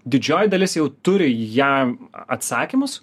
didžioji dalis jau turi jam atsakymus